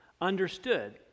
understood